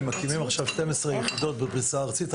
הם מקימים עכשיו 12 יחידות בפריסה ארצית.